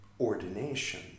ordination